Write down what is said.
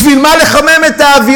בשביל מה לחמם את האווירה?